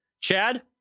Chad